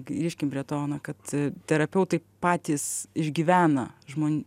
grįžkim prie to na kad terapeutai patys išgyvena žmon